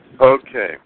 Okay